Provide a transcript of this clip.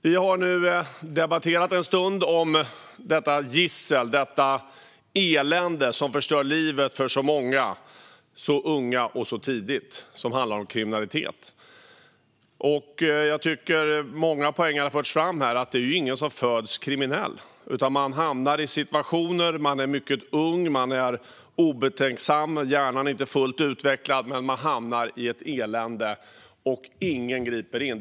Vi har nu en stund debatterat detta gissel och detta elände som förstör livet för så många unga så tidigt, alltså kriminalitet. Jag tycker att många poänger har förts fram här. Det är ingen som föds kriminell, utan man hamnar i situationer när man är mycket ung, obetänksam och hjärnan inte är fullt utvecklad. Men man hamnar i ett elände, och ingen griper in.